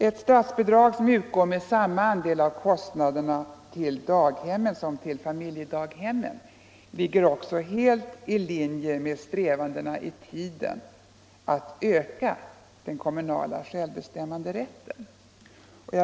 Ett statsbidrag som utgår med samma andel av kostnaderna till daghemmen som till familjedaghemmen ligger också helt i linje med strävandena i tiden att öka den kommunala självbestämmanderätten.